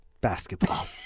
Basketball